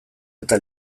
eta